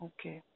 Okay